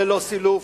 ללא סילוף,